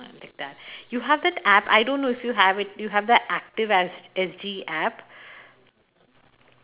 you have the app I don't know if you have it you have the active S S_G app